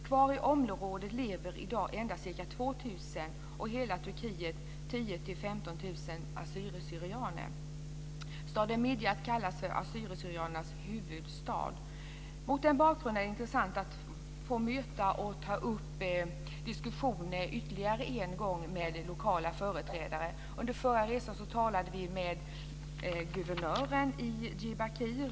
Kvar i området lever i dag endast ca 2 000 Staden Midyat kallas för assyrier/syrianernas huvudstad. Mot den bakgrunden var det intressant att få möta och ta upp diskussioner ytterligare en gång med lokala företrädare. Under förra resan talade vi med guvernören i Diyarbakir.